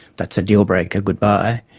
that's a deal-breaker, goodbye.